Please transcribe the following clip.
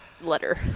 letter